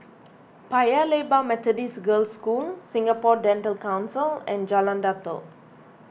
Paya Lebar Methodist Girls' School Singapore Dental Council and Jalan Datoh